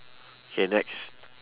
K next